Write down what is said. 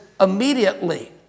immediately